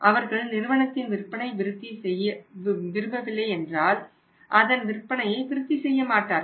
அவர்கள் நிறுவனத்தின் விற்பனையை விருத்தி செய்ய விரும்பவில்லை என்றால் அதன் விற்பனையை விருத்தி செய்யமாட்டார்கள்